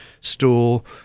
stool